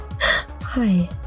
hi